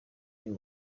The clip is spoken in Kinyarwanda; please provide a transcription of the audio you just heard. uyu